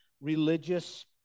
religious